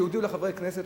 שהודיעו לחברי כנסת,